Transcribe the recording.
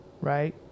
right